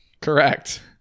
Correct